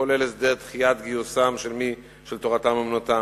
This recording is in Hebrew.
כולל הסדר דחיית גיוסם של מי שתורתם אומנותם,